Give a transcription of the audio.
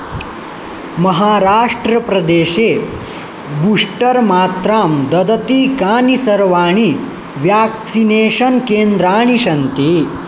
महाराष्ट्रप्रदेशे बूश्टर् मात्रां ददति कानि सर्वाणि व्याक्सिनेषन् केन्द्राणि सन्ति